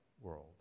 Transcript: world